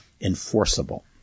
enforceable